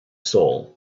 soul